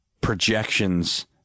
projections